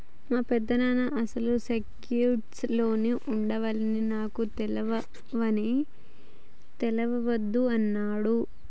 మా పెదనాన్న అసలు సెక్యూర్డ్ లోన్లు ఉండవని నాకు తెలవని తెలవదు అన్నడు